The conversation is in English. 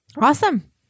Awesome